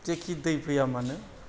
जेखि दै फैया मानो